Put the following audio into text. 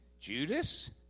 Judas